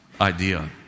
idea